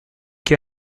che